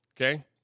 okay